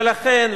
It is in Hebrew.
ולכן,